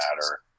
matter